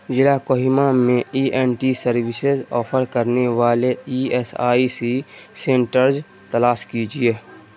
ضلع کوہیما میں E N T services offer کرنے والے E S I C centres تلاش کیجیے